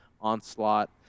Onslaught